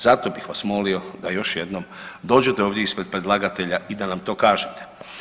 Zato bih vas molio da još jednom dođete ovdje ispred predlagatelja i da nam to kažete.